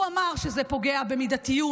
הוא אמר שזה פוגע במידתיות,